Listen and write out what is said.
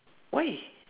why